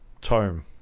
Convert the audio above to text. tome